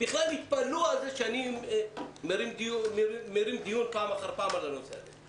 בכלל התפלאו על כך שאני מקיים דיון פעם אחר פעם על הנושא הזה.